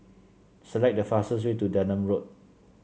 select the fastest way to Denham Road